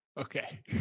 Okay